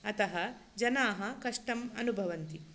अतः जनाः कष्टम् अनुभवन्ति